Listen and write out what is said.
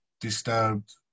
disturbed